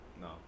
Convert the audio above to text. No